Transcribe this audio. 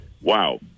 Wow